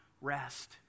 rest